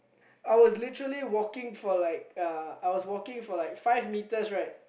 I was literally walking for like uh I was walking for like five meters right